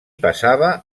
passava